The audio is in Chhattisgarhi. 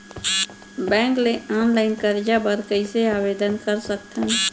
बैंक ले ऑनलाइन करजा बर कइसे आवेदन कर सकथन?